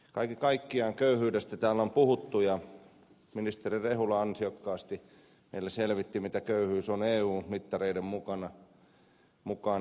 kaiken kaikkiaan köyhyydestä täällä on puhuttu ja ministeri rehula ansiokkaasti meille selvitti mitä köyhyys on eun mittareiden mukaan